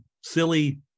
silly